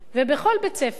ובכל בית-ספר,